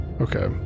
Okay